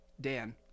Dan